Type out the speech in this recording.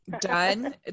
done